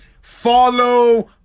Follow